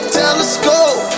telescope